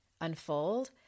unfold